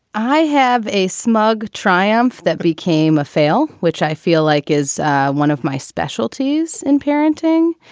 i have a smug triumph that became a fail, which i feel like is one of my specialties in parenting.